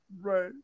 Right